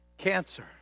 Cancer